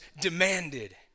demanded